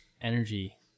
energy